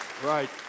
Right